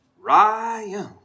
Ryan